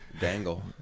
dangle